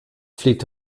fliegt